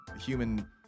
human